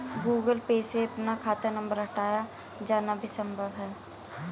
Google Pay से अपना खाता नंबर हटाया जाना भी संभव है